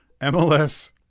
MLS